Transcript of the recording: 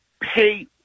pay